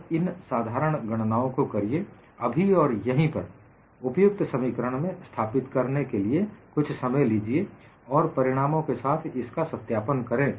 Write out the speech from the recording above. तो इन साधारण गणनाओं को करिए अभी और यहीं पर उपयुक्त समीकरण में स्थापित करने के लिए कुछ समय लीजिए और परिणामों के साथ इसका सत्यापन करें